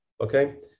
okay